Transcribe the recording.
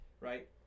right